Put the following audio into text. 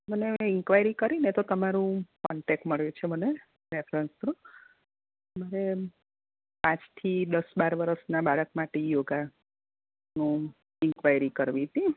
મને ઈન્કવાયરી કરી ને તો તમારું કોન્ટેક્ટ મળ્યો છે મને રેફરન્સ થ્રુ મારે પાંચથી દસ બાર વરસનાં બાળક માટે યોગાનો ઈન્કવાયરી કરવી તી